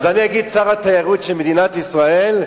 אז אני אגיד: שר התיירות של מדינת ישראל,